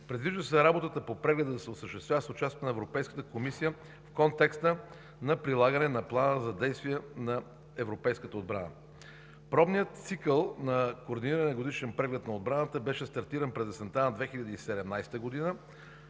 Предвижда се работата по прегледа да се осъществява с участието на Европейската комисия в контекста на прилагане на Плана за действие на европейската отбрана. Пробният цикъл на координиране на годишен преглед на отбраната беше стартиран през есента на 2017 г.